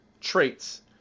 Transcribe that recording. traits